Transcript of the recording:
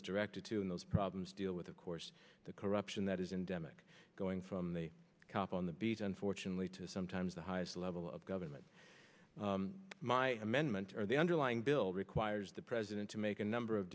is directed to and those problems deal with of course the corruption that is in demick going from the cop on the beat unfortunately to sometimes the highest level of government my amendment or the underlying bill requires the president to make a number of